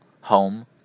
home